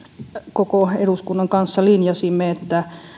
koko eduskunnan kanssa linjasimme että